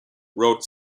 wrote